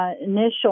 initial